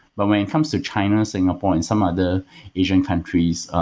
but when it comes to china, singapore and some other asian countries,